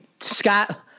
Scott